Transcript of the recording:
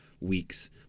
weeks